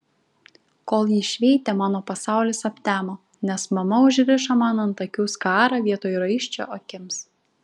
kol ji šveitė mano pasaulis aptemo nes mama užrišo man ant akių skarą vietoj raiščio akims